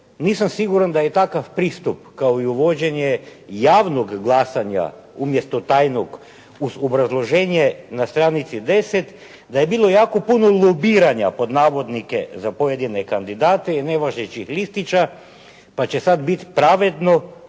nisam siguran da je takav pristup kao i uvođenje javnog glasanja umjesto tajnog uz obrazloženje na stranici 10. da je bilo jako puno "lobiranja", pod navodnike za pojedine kandidate i nevažećih listića pa će sada biti pravedno